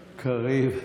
קריב.